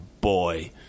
boy